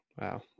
Wow